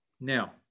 Now